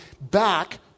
back